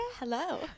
Hello